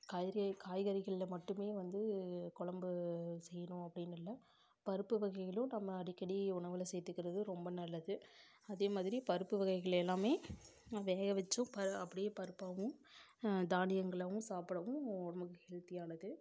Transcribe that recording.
காய்கறி காய்கறிகள்ல மட்டுமே வந்து கொழம்பு செய்யணும் அப்படின்னு இல்லை பருப்பு வகைகளும் நம்ம அடிக்கடி உணவில் சேர்த்துக்குறது ரொம்ப நல்லது அதே மாதிரி பருப்பு வகைகள் எல்லாமே நான் வேகவச்சும் ப அப்படியே பருப்பாகவும் தானியங்களாகவும் சாப்பிடவும் உடம்புக்கு ஹெல்த்தியானது